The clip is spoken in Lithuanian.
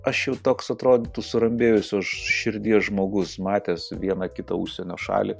aš jau toks atrodytų surambėjusios širdies žmogus matęs vieną kitą užsienio šalį